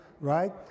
right